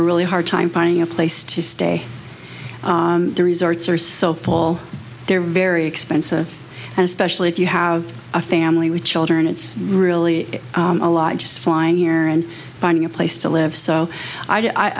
a really hard time finding a place to stay the resorts are so full they are very expensive and especially if you have a family with children it's really a lot just fine here and finding a place to live so